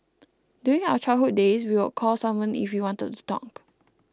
during our childhood days we would call someone if we wanted to talk